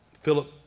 Philip